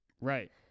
Right